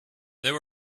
there